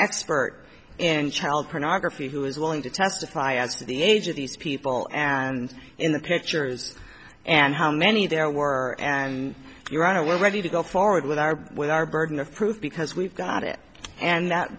expert in child pornography who is willing to testify as to the age of these people and in the pictures and how many there were and your honor we're ready to go forward with our with our burden of proof because we've got it and